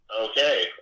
Okay